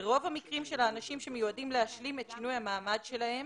ורוב המקרים של האנשים שמיועדים להשלים את שינוי המעמד שלהם,